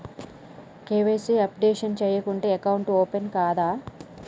KYC updation చేయకుంటే account open కాదా?